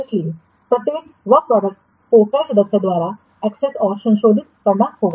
इसलिए प्रत्येक कार्य उत्पाद को कई सदस्यों द्वारा एक्सेस और संशोधित करना होगा